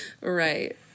Right